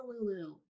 Lulu